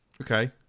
Okay